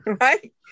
right